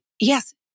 yes